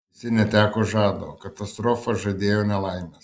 visi neteko žado katastrofa žadėjo nelaimes